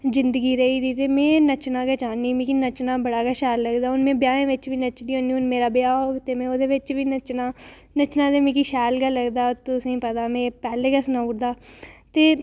जिंदगी रेही ते में नच्चना गै चाह्न्नीं ते मिगी नच्चना बड़ा शैल लगदा हून में ब्याहें बिच बी नदी ते हून मेरा ब्याह् होग ते में ओह्दे बिच बी नच्चना नच्चना मिगी शैल गै लगदा ते तुसेंगी पता ऐ एह् पैह्लें गै सनाई ओड़दा ते